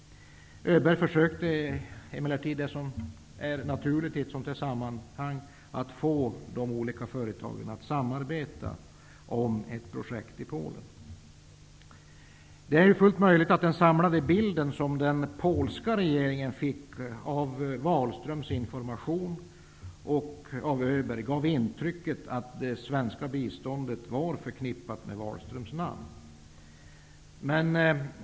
Öberg försökte emellertid det som är naturligt i ett sådant sammanhang, nämligen att få de olika företagen att samarbeta om ett projekt i Polen. Det är fullt möjligt att den samlade bilden som den polska regeringen fick av Wahlströms information och av Öberg gav intrycket att det svenska biståndet var förknippat med Wahlströms namn.